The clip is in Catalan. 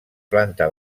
planta